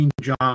John